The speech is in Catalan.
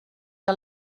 que